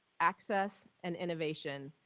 access, and innovation.